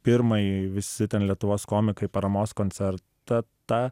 pirmąjį visi ten lietuvos komikai paramos koncertą tą